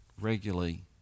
regularly